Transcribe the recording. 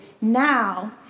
now